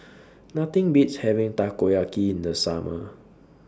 Nothing Beats having Takoyaki in The Summer